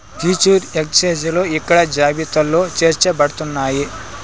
future ఎక్స్చేంజిలు ఇక్కడ జాబితాలో చేర్చబడుతున్నాయి